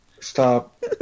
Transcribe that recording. stop